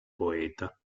poeta